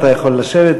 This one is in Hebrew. אתה יכול לשבת,